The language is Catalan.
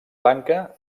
lanka